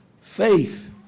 faith